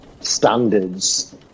standards